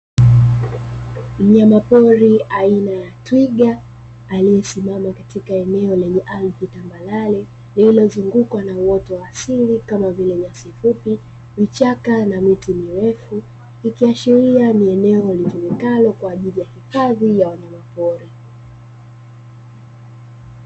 Mnyama pori aina ya teiga aliyesimama katika eneo la ardhi tambarare lililozungukwa na uoto wa asili kama vile nyasi fupi, vichaka na miti mirefu ikiashiria ni eneo litumikalo kwa ajili ya hifadhi ya wanyama pori.